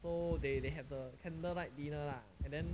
so they they have the candlelight dinner ah and then